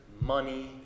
money